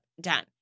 Done